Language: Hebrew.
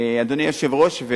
אדוני היושב-ראש.